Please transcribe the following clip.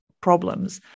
problems